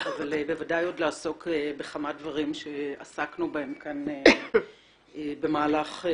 אבל בוודאי עוד לעסוק בכמה דברים שעסקנו בהם במהלך השנה